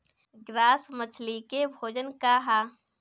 Grass मछली के भोजन का ह?